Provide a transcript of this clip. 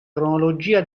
cronologia